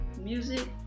music